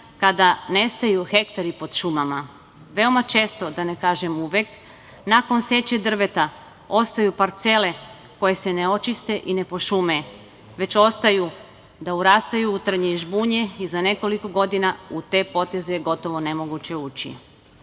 kada nestaju hektari pod šumama. Veoma često, da ne kažem uvek, nakon seče drveta ostaju parcele koje se ne očiste i ne pošume, već ostaju da urastaju u trnje i žbunje i za nekoliko godina u te poteze je gotovo nemoguće ući. Na